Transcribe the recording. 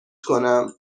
کنم